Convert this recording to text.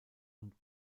und